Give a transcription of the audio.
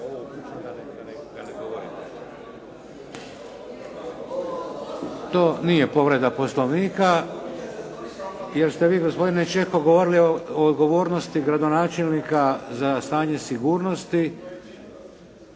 To nije povreda Poslovnika jer ste vi gospodine Čehok govorili o odgovornosti gradonačelnika za stanje sigurnosti.